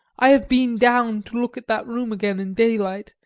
i have been down to look at that room again in daylight,